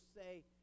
say